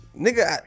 Nigga